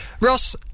ross